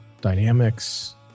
dynamics